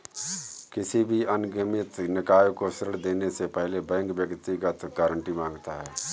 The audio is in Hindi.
किसी भी अनिगमित निकाय को ऋण देने से पहले बैंक व्यक्तिगत गारंटी माँगता है